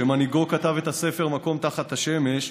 שמנהיגו כתב את הספר "מקום תחת השמש"